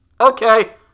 okay